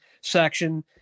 section